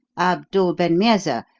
abdul ben meerza,